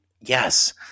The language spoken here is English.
yes